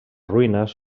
ruïnes